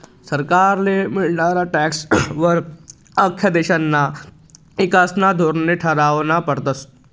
सरकारले मियनारा टॅक्सं वर आख्खा देशना ईकासना धोरने ठरावना पडतस